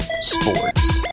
Sports